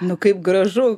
nu kaip gražu